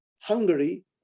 Hungary